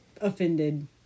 offended